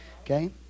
Okay